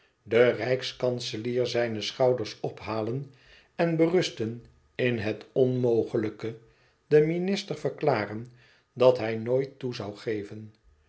den rijkskanselier zijne schouders ophalen en berusten in het onmogelijke den minister verklaren dat hij nooit toe zoû geven